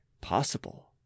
possible